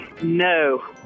No